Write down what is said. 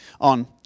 on